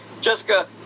Jessica